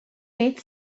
beth